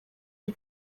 ubu